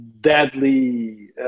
deadly